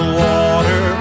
water